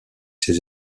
ses